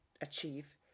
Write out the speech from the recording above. achieve